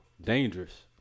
dangerous